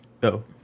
Go